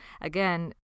Again